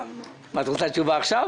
רוצה תשובה עכשיו?